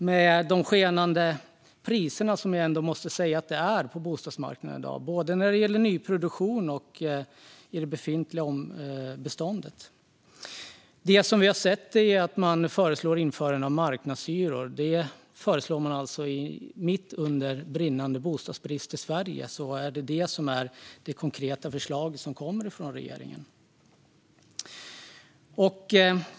Det är skenande priser, måste jag säga, på bostadsmarknaden i dag, både när det gäller nyproduktion och det befintliga beståndet. Det vi har sett är att man föreslår införande av marknadshyror. Detta är alltså det konkreta förslag som kommer från regeringen mitt under den brinnande bostadsbristen i Sverige.